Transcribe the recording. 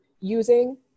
using